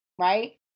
Right